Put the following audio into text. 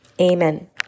Amen